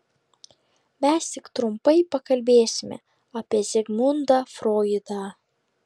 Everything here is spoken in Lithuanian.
mes tik trumpai pakalbėsime apie zigmundą froidą